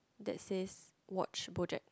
that says watch BoJack